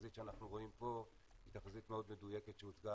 תחזית שאנחנו רואים פה היא תחזית מאוד מדויקת שהוצגה